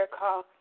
call